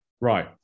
Right